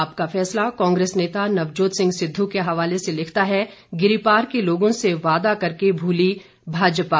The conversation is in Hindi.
आपका फैसला कांग्रेस नेता नवजोत सिंह सिद्ध के हवाले से लिखता है गिरिपार के लोगों से वादा करके भूली भाजपा